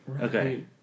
Okay